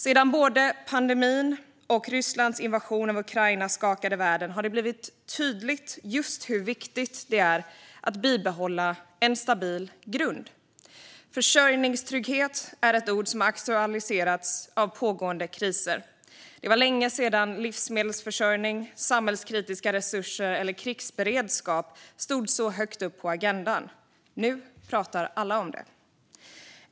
Sedan såväl pandemin som Rysslands invasion av Ukraina skakade världen har det blivit tydligt hur viktigt det är att bibehålla en stabil grund. Försörjningstrygghet är ett ord som har aktualiserats av pågående kriser. Det var länge sedan livsmedelsförsörjning, samhällskritiska resurser eller krigsberedskap stod så högt upp på agendan. Nu pratar alla om det.